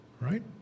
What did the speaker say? right